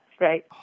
Right